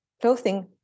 clothing